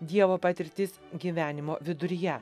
dievo patirtis gyvenimo viduryje